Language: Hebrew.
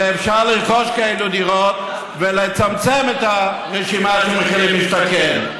ואפשר לרכוש דירות כאלה ולצמצם את הרשימה למחיר למשתכן.